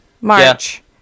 march